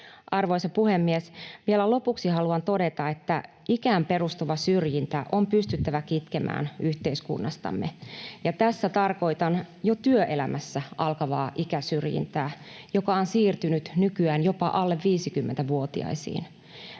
Arvoisa puhemies! Vielä lopuksi haluan todeta, että ikään perustuva syrjintä on pystyttävä kitkemään yhteiskunnastamme. Ja tällä tarkoitan jo työelämässä alkavaa ikäsyrjintää, joka on siirtynyt nykyään jopa alle 50-vuotiaisiin.